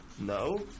No